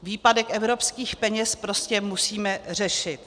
Výpadek evropských peněz prostě musíme řešit.